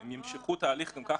הם ימשכו את ההליך גם ככה,